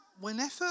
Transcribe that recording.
whenever